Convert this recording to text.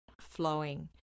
flowing